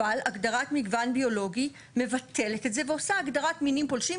אבל הגדרת מגוון ביולוגי מבטלת את זה ועושה הגדרת מינים פולשים,